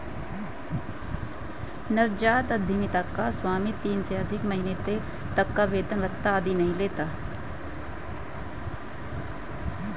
नवजात उधमिता का स्वामी तीन से अधिक महीने तक वेतन भत्ता आदि नहीं लेता है